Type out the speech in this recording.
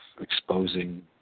exposing